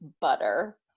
butter